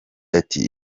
ati